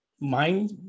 mind